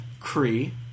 Cree